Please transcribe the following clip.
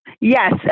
Yes